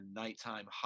nighttime